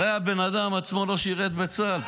הרי הבן אדם עצמו לא שירת בצה"ל,